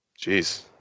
Jeez